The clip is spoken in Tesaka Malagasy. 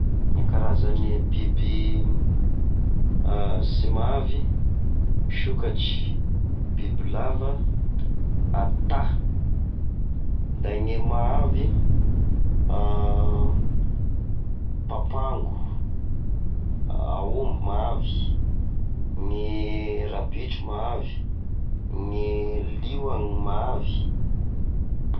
E Karazane e biby sy mahavy sokatry, bibilava ,ata ;da gne mahavy papango, aomby mahavy, gne rabitro mahavy, gne liona mahavy.